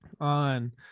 on